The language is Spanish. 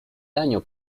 daño